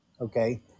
Okay